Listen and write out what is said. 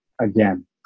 Again